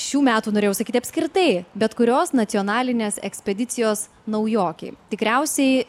šių metų norėjau sakyti apskritai bet kurios nacionalinės ekspedicijos naujokei tikriausiai